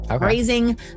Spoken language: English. raising